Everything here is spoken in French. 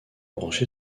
branche